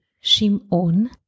Shimon